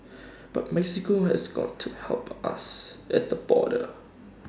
but Mexico has got to help us at the border